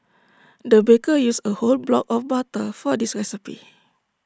the baker used A whole block of butter for this recipe